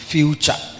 future